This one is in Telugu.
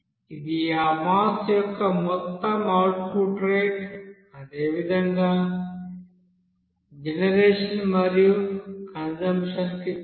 ఇది ఆ మాస్ యొక్క మొత్తం ఔట్పుట్ రేటు అదేవిధంగా జనరేషన్ మరియు కంజంప్షన్ కి కూడా